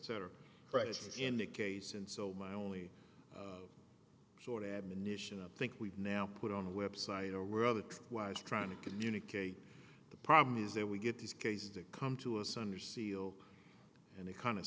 practices in the case and so my only sort admonition i think we've now put on a website or rather was trying to communicate the problem is that we get these cases that come to us under seal and it kind of